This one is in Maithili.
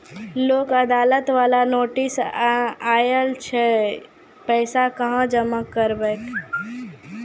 लोक अदालत बाला नोटिस आयल छै पैसा कहां जमा करबऽ?